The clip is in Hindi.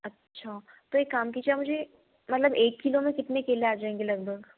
अच्छा तो एक काम कीजिए आप मुझे मतलब एक किलो में कितने केले आ जाएँगे लगभग